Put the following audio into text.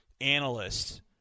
analysts